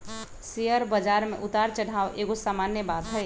share बजार में उतार चढ़ाओ एगो सामान्य बात हइ